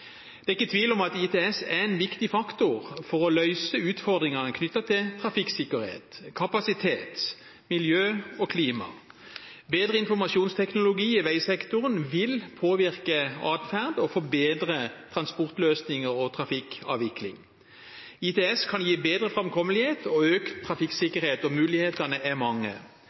Det er ikke tvil om at ITS er en viktig faktor for å løse utfordringene knyttet til trafikksikkerhet, kapasitet, miljø og klima. Bedre informasjonsteknologi i veisektoren vil påvirke adferd og forbedre transportløsninger og trafikkavvikling. ITS kan gi bedre framkommelighet og økt trafikksikkerhet, og mulighetene er mange.